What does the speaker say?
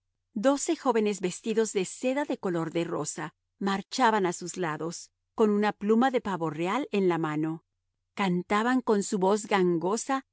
doce jóvenes vestidos de seda de color de rosa marchaban a sus lados con una pluma de pavo real en la mano cantaban con su voz gangosa